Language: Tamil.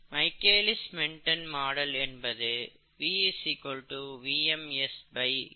மைகேலிஸ் மென்டென் மாடல் என்பது V VmS Km S